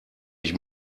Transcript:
ich